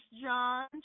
John